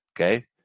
Okay